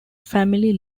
family